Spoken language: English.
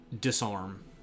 disarm